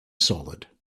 solid